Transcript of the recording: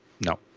No